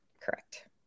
Correct